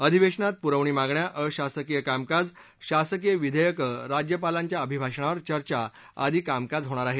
अधिवेशनात पुरवणी मागण्या अशासकीय कामकाज शासकीय विधेयकं राज्यपालांच्या अभिभाषणावर चर्चा आदी कामकाज होणार आहे